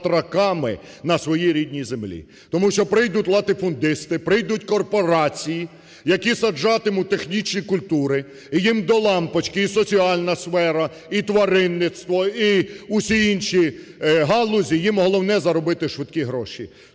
на своїй рідній землі. Тому що прийдуть латифундисти, прийдуть корпорації, які саджатимуть технічні культури, і їм до лампочки і соціальна сфера, і тваринництво, і усі інші галузі. Їм головне – заробити швидкі гроші.